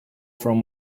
from